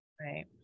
right